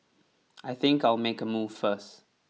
I think I'll make a move first